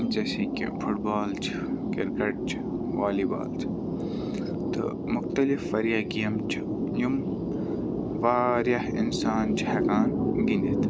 جیسے کہِ football چھِ کِرکَٹ چھِ والی بال چھِ تہٕ مختلف واریاہ گیمہٕ چھِ یِم واریاہ اِنسان چھِ ہٮ۪کان گِنٛدِتھ